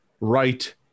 Right